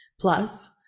Plus